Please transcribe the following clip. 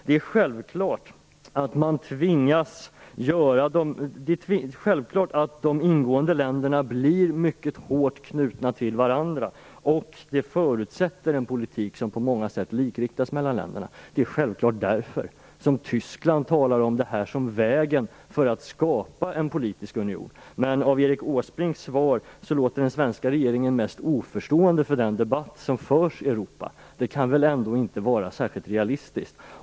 Det är självklart att de ingående länderna blir mycket hårt knutna till varandra, vilket förutsätter en politik som på många sätt likriktas mellan länderna. Det är självklart därför Tyskland talar om detta som vägen för att skapa en politisk union. Men av Erik Åsbrinks svar att döma verkar den svenska regeringen mest oförstående inför den debatt som förs i Europa. Det kan väl ändå inte vara särskilt realistiskt?